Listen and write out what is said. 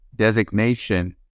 designation